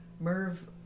Merv